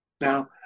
Now